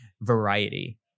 variety